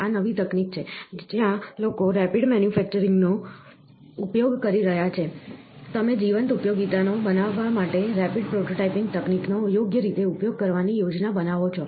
આ નવી તકનીક છે જ્યાં લોકો રેપિડ મેન્યુફેક્ચરિંગ નો ઉપયોગ કરી રહ્યા છે તમે જીવંત ઉપયોગિતાનો બનાવવા માટે રેપિડ પ્રોટોટાઇપિંગ તકનીકોનો યોગ્ય રીતે ઉપયોગ કરવાની યોજના બનાવો છો